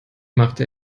machte